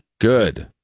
Good